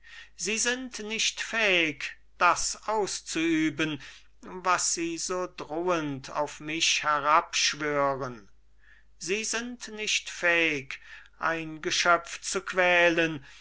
sie sind nicht fähig das auszuüben was sie so drohend auf mich herabschwören sie sind nicht fähig ein geschöpf zu quälen